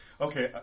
okay